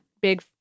big